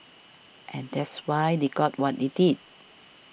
and that's why they got what they did